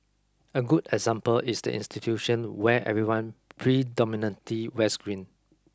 a good example is the institution where everyone predominantly wears green